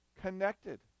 connected